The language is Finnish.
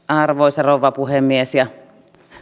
arvoisa rouva puhemies ja